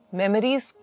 memories